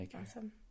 awesome